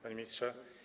Panie Ministrze!